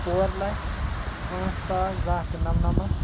ژور لَچھ پانٛژھ ساس زٕ ہَتھ تہٕ نَمنَمَتھ